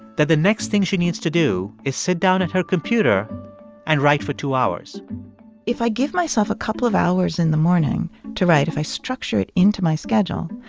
that the next thing she needs to do is sit down at her computer and write for two hours if i give myself a couple of hours in the morning to write, if i structure it into my schedule,